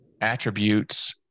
attributes